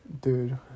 Dude